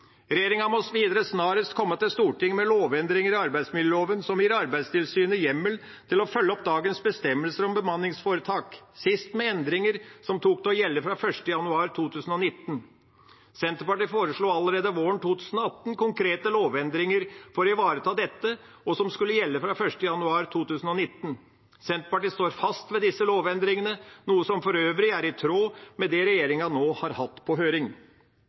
Regjeringa må videre snarest komme til Stortinget med lovendringer i arbeidsmiljøloven som gir Arbeidstilsynet hjemmel til å følge opp dagens bestemmelser om bemanningsforetak – sist med endringer som tok til å gjelde fra 1. januar 2019. Senterpartiet foreslo allerede våren 2018 konkrete lovendringer for å ivareta dette, som skulle gjelde fra 1. januar 2019. Senterpartiet står fast ved disse lovendringene, noe som for øvrig er i tråd med det regjeringa nå har hatt på høring.